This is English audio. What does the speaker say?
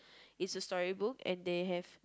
it's a story book and they have